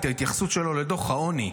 את ההתייחסות לדוח העוני,